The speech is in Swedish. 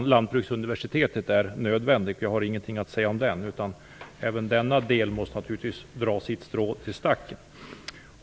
Lantbruksuniversitetet är nödvändig. Jag har ingenting att säga om det, utan även denna del måste naturligtvis dra sitt strå till stacken.